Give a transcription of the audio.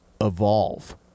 evolve